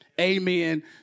Amen